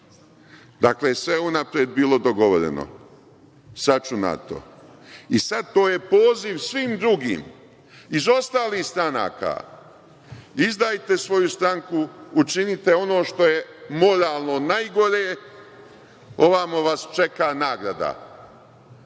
Dakle, sve je unapred bilo dogovoreno, sračunato. I sad, to je poziv svim drugim iz ostalih stranaka – izdajte svoju stranku učinite ono što je moralno najgore, ovamo vas čeka nagrada